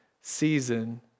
season